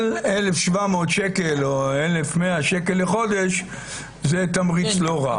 אבל 1,700 שקל או 1,100 שקל לחודש זה תמריץ לא רע.